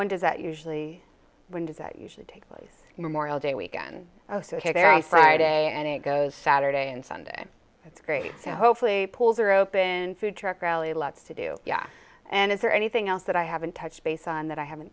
one does that usually when does that usually take place memorial day weekend so here there is friday and it goes saturday and sunday that's great hopefully pools are open food truck really lots to do yeah and is there anything else that i haven't touched base on that i haven't